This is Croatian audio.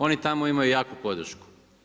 Oni tamo imaju jaku podršku.